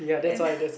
and